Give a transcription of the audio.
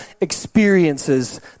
experiences